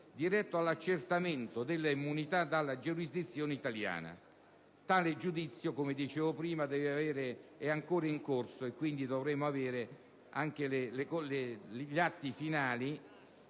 diretto all'accertamento dell'immunità dalla giurisdizione italiana. Tale giudizio, come dicevo prima, è ancora in corso, quindi dovremmo avere gli atti finali,